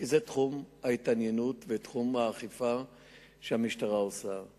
כי זה תחום ההתעניינות ותחום האכיפה שהמשטרה עוסקת בו.